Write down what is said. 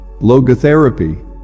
Logotherapy